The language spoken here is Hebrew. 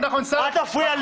לא נכון.